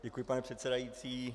Děkuji, pane předsedající.